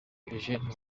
eugène